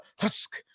husk